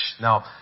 Now